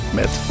met